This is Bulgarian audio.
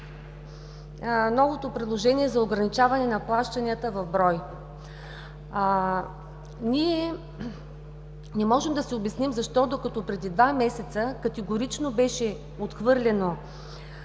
новото предложение за ограничаване на плащанията в брой. Ние не можем да си обясним защо, докато преди два месеца между първо и второ